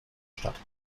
stadt